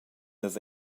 las